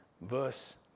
Verse